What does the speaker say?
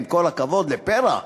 עם כל הכבוד לפרח,